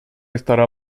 estará